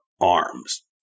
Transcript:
arms